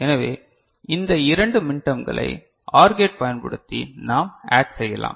எனவே இந்த இரண்டு மின்டர்ம்களை OR கேட் பயன்படுத்தி நாம் ஆட் செய்யலாம்